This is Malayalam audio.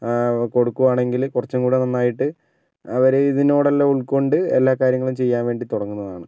കൊടുക്കുകയാണെങ്കില് കുറച്ചും കൂടെ നന്നായിട്ട് അവര് ഇതിനോടെല്ലാം ഉൾക്കൊണ്ട് എല്ലാ കാര്യങ്ങളും ചെയ്യാൻ വേണ്ടി തുടങ്ങുന്നതാണ്